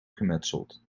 gemetseld